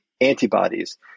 antibodies